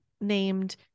named